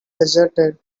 deserted